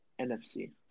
NFC